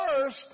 first